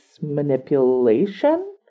manipulation